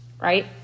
right